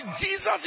Jesus